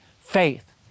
faith